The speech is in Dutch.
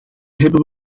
hebben